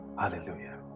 hallelujah